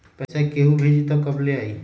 पैसा केहु भेजी त कब ले आई?